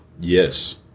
Yes